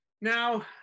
Now